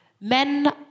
Men